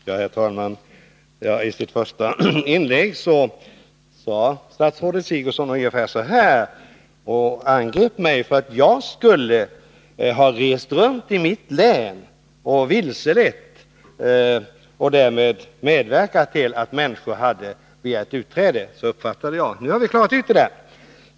Herr talman! I sitt första inlägg angrep statsrådet Sigurdsen mig för att jag skulle ha rest runt i mitt län och vilselett människor och därmed medverkat till att de begärt utträde. Så uppfattade jag henne, men nu har vi klarat ut detta.